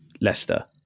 Leicester